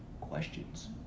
questions